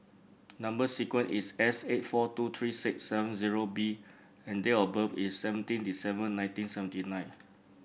number sequence is S eight four two three six seven zero B and date of birth is seventeen December nineteen seventy nine